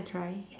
try